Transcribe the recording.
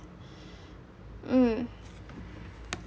mm